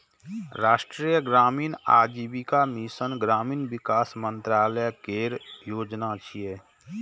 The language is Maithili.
राष्ट्रीय ग्रामीण आजीविका मिशन ग्रामीण विकास मंत्रालय केर योजना छियै